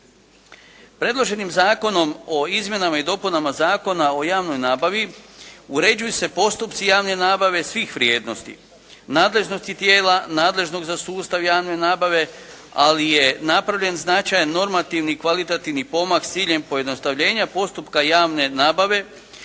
Predloženim zakonom o izmjenama i dopunama Zakona o javnoj nabavi uređuju se postupci javne nabave svih vrijednosti, nadležnosti tijela nadležnog za sustav javne nabave. Ali je napravljen značajan normativni, kvalitativni pomak s ciljem pojednostavljenja postupka javne nabave,